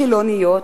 חילוניות,